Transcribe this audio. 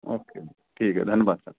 okay ठीक है धन्यवाद